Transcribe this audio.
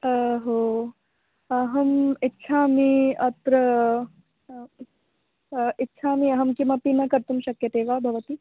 अहो अहं इच्छामि अत्र इच्छामि अहं किमपि न कर्तुं शक्यते वा भवति